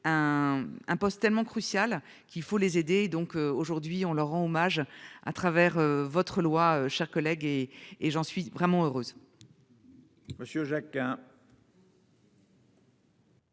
Un poste tellement crucial qu'il faut les aider. Donc aujourd'hui on leur rend hommage à travers votre loi chers collègues et et j'en suis vraiment heureuse.